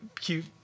cute